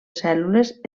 cèl·lules